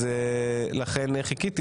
אז לכן חיכיתי.